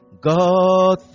God